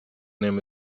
name